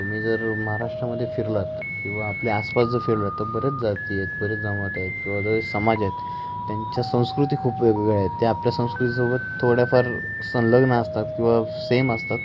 तुम्ही जर महाराष्ट्रामध्ये फिरलात किंवा आपले आसपास जो फिरला आहे तर बरेच जाती आहेत बरेच जमात आहेत किंवा जे समाज आहेत त्यांच्या संस्कृती खूप वेगवेगळ्या आहेत ते आपल्या संस्कृतीसोबत थोड्याफार संलग्न असतात किंवा सेम असतात